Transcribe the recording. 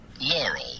Laurel